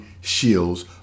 Shields